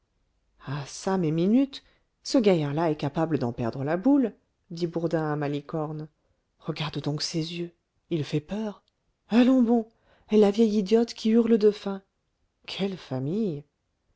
ah çà mais minute ce gaillard-là est capable d'en perdre la boule dit bourdin à malicorne regarde donc ses yeux il fait peur allons bon et la vieille idiote qui hurle de faim quelle famille